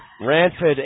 Ranford